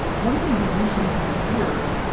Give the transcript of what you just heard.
one thing we do sometimes hear,